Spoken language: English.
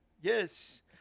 Yes